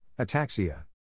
ataxia